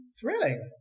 thrilling